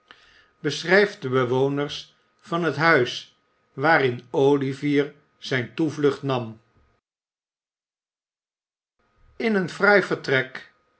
beschrijft db bewoners van hbt huis waarin oliyier zijn toevlucht nam in een fraai vertrek